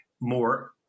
more